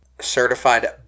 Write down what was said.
certified